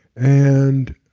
and